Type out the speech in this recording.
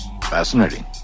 Fascinating